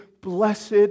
Blessed